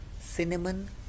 Cinnamon